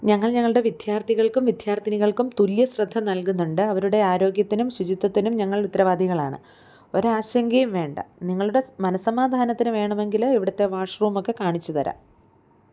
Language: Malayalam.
ഞങ്ങൾ ഞങ്ങളുടെ വിദ്യാർത്ഥികൾക്കും വിദ്യാർത്ഥിനികൾക്കും തുല്യ ശ്രദ്ധ നൽകുന്നുണ്ട് അവരുടെ ആരോഗ്യത്തിനും ശുചിത്വത്തിനും ഞങ്ങൾ ഉത്തരവാദികളാണ് ഒരാശങ്കയും വേണ്ട നിങ്ങളുടെ മനസ്സമാധാനത്തിന് വേണമെങ്കിൽ ഇവിടുത്തെ വാഷ്റൂമൊക്കെ കാണിച്ചുതരാം